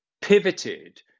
pivoted